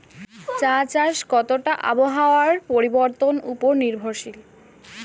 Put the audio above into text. চা চাষ কতটা আবহাওয়ার পরিবর্তন উপর নির্ভরশীল?